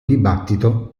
dibattito